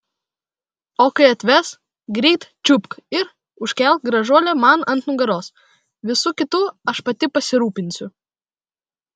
o kai atves greit čiupk ir užkelk gražuolę man ant nugaros visu kitu aš pati pasirūpinsiu